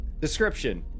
description